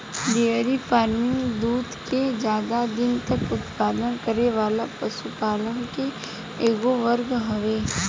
dairy farming दूध के ज्यादा दिन तक उत्पादन करे वाला पशुपालन के एगो वर्ग हवे